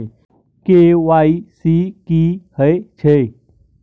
KYC की हय छै?